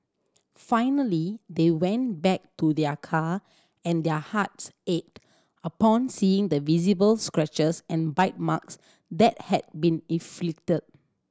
finally they went back to their car and their hearts ached upon seeing the visible scratches and bite marks that had been inflicted